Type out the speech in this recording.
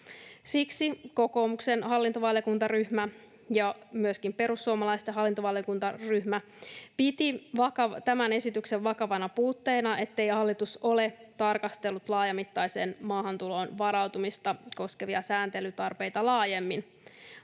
Siksi kokoomuksen hallintovaliokuntaryhmä ja myöskin perussuomalaisten hallintovaliokuntaryhmä piti esityksen vakavana puutteena, ettei hallitus ole tarkastellut laajamittaiseen maahantuloon varautumista koskevia sääntelytarpeita laajemmin,